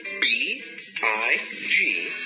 B-I-G